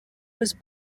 was